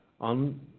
on